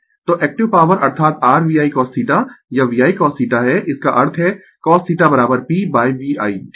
तो active power अर्थात r VI cosθ यह VI cosθ है इसका अर्थ है cosθ p VI ठीक है